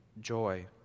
joy